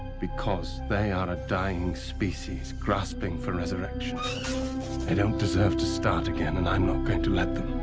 because they are a dying species grasping for resurrection. they don't deserve to start again, and i'm not going to let them.